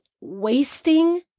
wasting